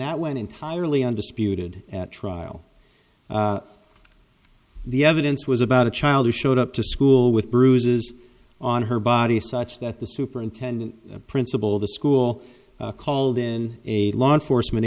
that when entirely under spirited at trial the evidence was about a child who showed up to school with bruises on her body such that the superintendent the principal the school called in a law enforcement